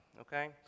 okay